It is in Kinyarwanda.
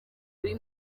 kuri